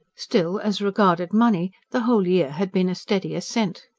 still, as regarded money, the whole year had been a steady ascent.